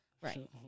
Right